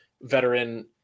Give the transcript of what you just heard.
veteran